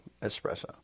espresso